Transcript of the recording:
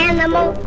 Animal